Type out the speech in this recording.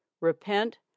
Repent